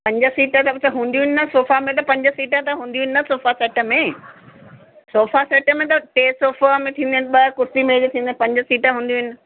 पंज सीटर त हूंदियूं आहिनि न पंज सीटर त हूंदियूं आहिनि न सोफा सेट में सोफा सेट में त टे सोफा में थींदियूं आहिनि ॿ कुर्सिन में बि थींदियूं आहिनि पंज सीट हूंदियूं आहिनि